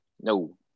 no